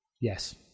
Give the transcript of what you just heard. Yes